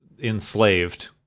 enslaved